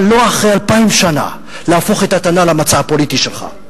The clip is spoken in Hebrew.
אבל אחרי 2,000 שנה לא להפוך את התנ"ך למצע הפוליטי שלך.